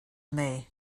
may